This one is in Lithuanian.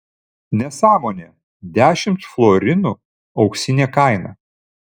nesąmonė dešimt florinų auksinė kaina